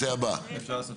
הבא,